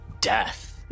death